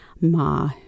Ma